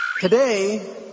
Today